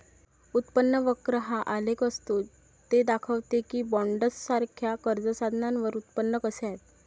उत्पन्न वक्र हा आलेख असतो ते दाखवते की बॉण्ड्ससारख्या कर्ज साधनांवर उत्पन्न कसे आहे